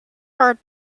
hard